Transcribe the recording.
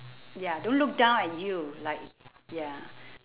ya don't look down at you like ya